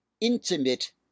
intimate